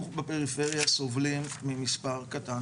אנחנו בפריפריה סובלים ממספרים קטנים